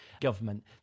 government